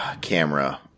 camera